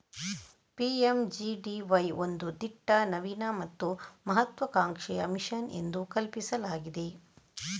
PMGDY ಒಂದು ದಿಟ್ಟ, ನವೀನ ಮತ್ತು ಮಹತ್ವಾಕಾಂಕ್ಷೆಯ ಮಿಷನ್ ಎಂದು ಕಲ್ಪಿಸಲಾಗಿದೆ